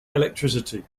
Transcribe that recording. electricity